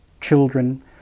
children